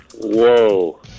Whoa